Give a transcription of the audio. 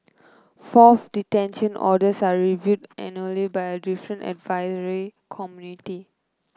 fourth detention orders are reviewed annually by a different advisory committee